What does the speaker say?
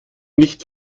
nicht